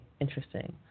interesting